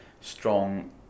strong